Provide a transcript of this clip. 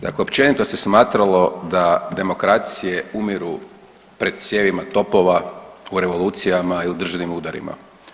Dakle općenito se smatralo da demokracije umiru pred cijevima topova u revolucijama i u državnim udarima.